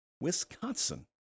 Wisconsin